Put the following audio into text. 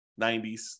90s